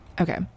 Okay